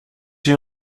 j’ai